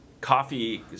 coffee